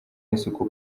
n’isuku